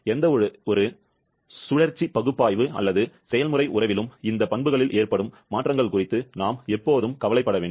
எந்தவொரு சுழற்சி பகுப்பாய்வு அல்லது செயல்முறை உறவிலும் இந்த பண்புகளில் ஏற்படும் மாற்றங்கள் குறித்து நாம் எப்போதும் கவலைப்பட வேண்டும்